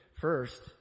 first